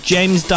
James